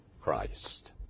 Christ